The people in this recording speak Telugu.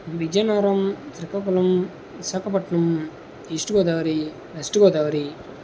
Vizianagaram Srikakulam Visakhapatnam east Godavari west Godavari